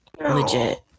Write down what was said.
legit